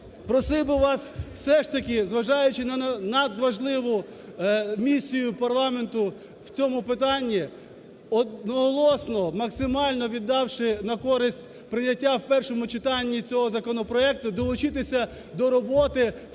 все ж таки, зважаючи на надважливу місію парламенту в цьому питанні, одноголосно, максимально віддавши на користь прийняття в першому читанні цього законопроекту, долучитися до роботи